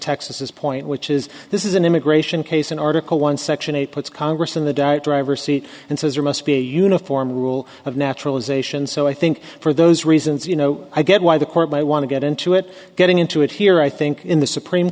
texas point which is this is an immigration case in article one section eight puts congress in the dark driver's seat and says there must be a uniform rule of naturalization so i think for those reasons you know i get why the court might want to get into it getting into it here i think in the supreme